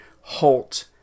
halt